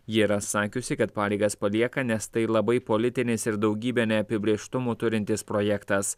ji yra sakiusi kad pareigas palieka nes tai labai politinis ir daugybę neapibrėžtumų turintis projektas